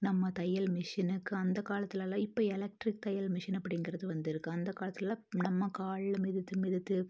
நம்ம தையல் மிஷினுக்கு அந்த காலத்திலலாம் இப்போ எலக்ட்ரிக் தையல் மிஷின் அப்படிங்கிறது வந்துருக்குது அந்த காலத்திலலாம் நம்ம கால்ல மிதித்து மிதித்து